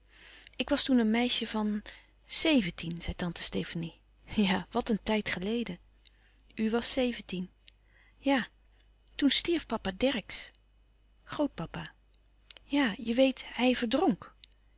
ik was toen een meisje van zeventien zei tante stefanie ja wat een tijd geleden u was zeventien ja toen stierf papa dercksz grootpapa ja je weet hij verdronk